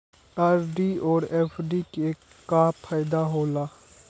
RD और FD के का फायदा हौला?